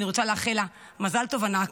אני רוצה לאחל לה מזל טוב ענק.